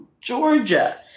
Georgia